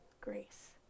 grace